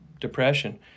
depression